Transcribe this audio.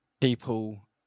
people